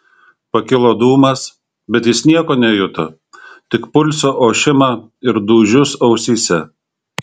pakilo dūmas bet jis nieko nejuto tik pulso ošimą ir dūžius ausyse